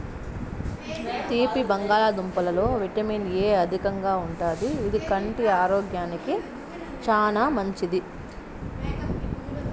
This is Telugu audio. తీపి బంగాళదుంపలలో విటమిన్ ఎ అధికంగా ఉంటాది, ఇది కంటి ఆరోగ్యానికి చానా మంచిది